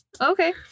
Okay